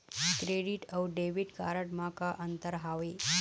Credit अऊ debit card म का अंतर हावे?